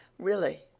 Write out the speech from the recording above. really,